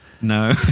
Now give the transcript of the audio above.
No